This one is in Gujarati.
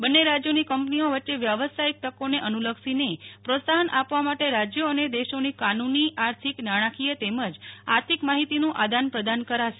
બંન્ને રાજયોની કંપનીઓ વચ્ચે વ્યવસાયિક તકોને અનુ લક્ષીને પ્રોત્સાહન આપવા માટે રાજયો અને દેશોની કાનુની આર્થિક નાણાકીય તેમજ આર્થિક માહિતીનું આદાનપ્રદાન કરાશે